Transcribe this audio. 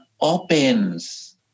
opens